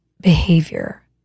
behavior